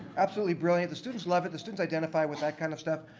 absolutely brilliant. the students love it. the students identify with that kind of stuff.